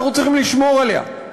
אנחנו צריכים לשמור עליה,